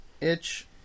itch